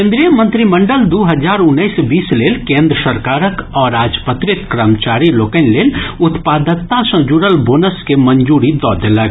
केन्द्रीय मंत्रिमंडल दू हजार उन्नैस बीस लेल केन्द्र सरकारक अराजपत्रित कर्मचारी लोकनि लेल उत्पादकता सँ जुड़ल बोनस के मंजूरी दऽ देलक